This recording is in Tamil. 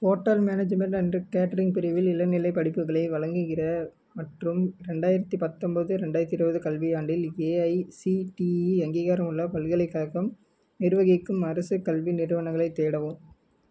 ஹோட்டல் மேனேஜ்மெண்ட் அண்டு கேட்ரிங் பிரிவில் இளநிலைப் படிப்புகளை வழங்குகிற மற்றும் ரெண்டாயிரத்து பத்தொம்பது ரெண்டாயிரத்து இருபது கல்வியாண்டில் ஏஐசிடிஇ அங்கீகாரமுள்ள பல்கலைக்கழகம் நிர்வகிக்கும் அரசு கல்வி நிறுவனங்களைத் தேடவும்